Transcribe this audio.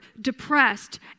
depressed